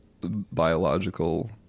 biological